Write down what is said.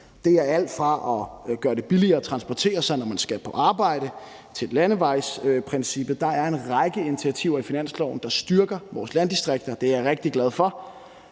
Det gælder alt fra at gøre det billigere at transportere sig, når man skal på arbejde, og til landevejsprincippet. Der er en række initiativer i finansloven, der styrker vores landdistrikter. Det er jeg rigtig glad for,